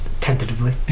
tentatively